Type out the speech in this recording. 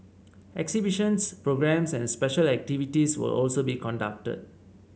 exhibitions programmes and special activities will also be conducted